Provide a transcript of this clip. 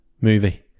movie